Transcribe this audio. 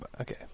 Okay